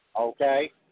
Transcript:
Okay